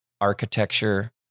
architecture